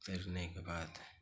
तैरने के बाद